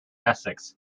essex